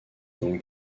donc